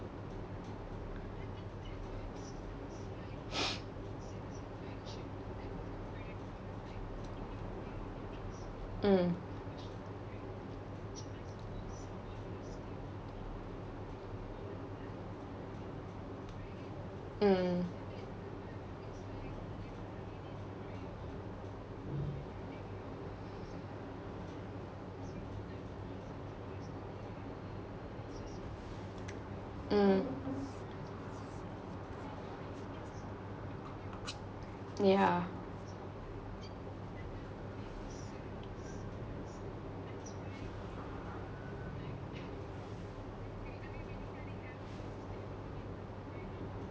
mm mm mm yeah